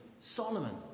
Solomon